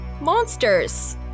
monsters